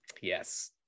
yes